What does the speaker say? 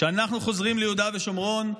כשאנחנו חוזרים ליהודה ושומרון,